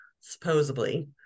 supposedly